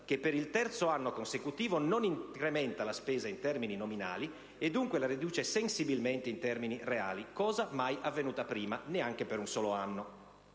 che, per il terzo anno consecutivo, non incrementa la spesa in termini nominali e dunque la riduce sensibilmente in termini reali, cosa mai avvenuta prima, neanche per un solo anno,